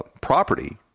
property